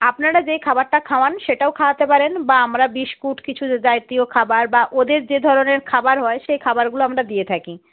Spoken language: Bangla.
আপনারা যেই খাবারটা খাওয়ান সেটাও খাওয়াতে পারেন বা আমরা বিস্কুট কিছু জাতীয় খাবার বা ওদের যে ধরনের খাবার হয় সেই খাবারগুলো আমরা দিয়ে থাকি